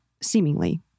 seemingly